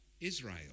Israel